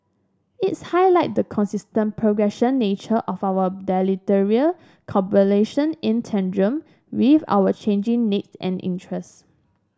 is highlight the constantly progressing nature of our bilateral cooperation in tandem with our changing need and interests